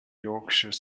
yorkshire